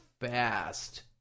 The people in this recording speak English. fast